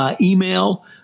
Email